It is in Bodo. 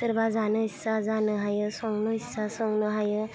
सोरबा जानो इस्सा जानो हायो संनो इस्सा संनो हायो